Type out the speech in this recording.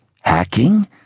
hacking